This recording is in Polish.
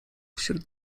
wśród